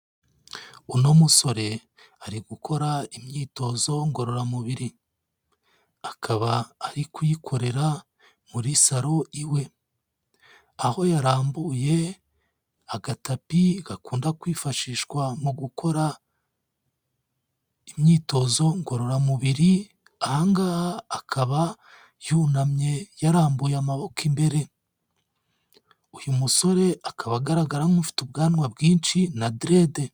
Uno musore ari gukora imyitozo ngororamubiri. Akaba ari kuyikorera muri saro iwe. Aho yarambuye agatapi gakunda kwifashishwa mu gukora imyitozo ngororamubiri, aha ngaha akaba yunamye yarambuye amaboko imbere. Uyu musore akaba agaragara nk'ufite ubwanwa bwinshi na direde.